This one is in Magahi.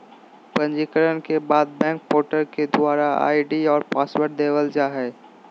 पंजीकरण के बाद बैंक पोर्टल के द्वारा आई.डी और पासवर्ड देवल जा हय